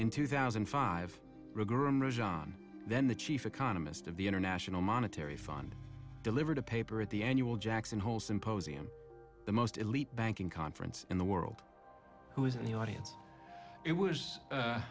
in two thousand and five then the chief economist of the international monetary fund delivered a paper at the annual jackson hole symposium the most elite banking conference in the world who is in the audience